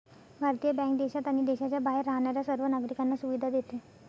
भारतीय बँक देशात आणि देशाच्या बाहेर राहणाऱ्या सर्व नागरिकांना सुविधा देते